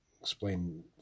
explain